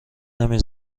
نمی